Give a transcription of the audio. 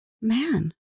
man